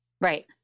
Right